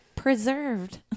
preserved